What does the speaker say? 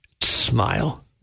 Smile